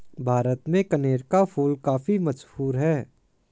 भारत में कनेर का फूल काफी मशहूर है